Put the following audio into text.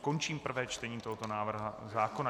Končím prvé čtení tohoto návrhu zákona.